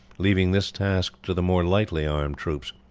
leaving this task to the more lightly armed troops.